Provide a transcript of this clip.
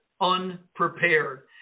unprepared